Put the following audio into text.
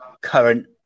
current